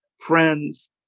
friends